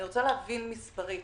אני רוצה להבין מספרית